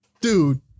dude